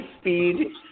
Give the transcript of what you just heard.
speed